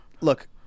Look